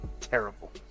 terrible